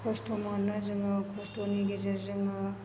खस्त' मोनो जोङो खस्त'नि गेजेरजोंनो